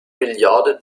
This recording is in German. milliarde